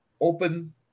open